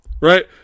Right